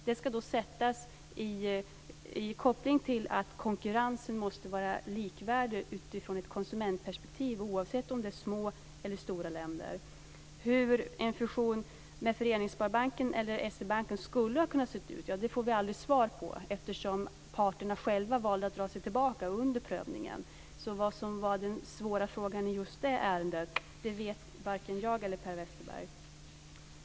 Det ska då sättas i samband med att konkurrensen måste vara likvärdig utifrån ett konsumentperspektiv, oavsett om det gäller små eller stora länder. Hur en fusion med Föreningssparbanken eller SE banken skulle ha kunnat se ut, ja, det får vi aldrig svar på, eftersom parterna själva valde att dra sig tillbaka under prövningen. Vad som var den svåra frågan i just det ärendet vet varken jag eller Per Westerberg.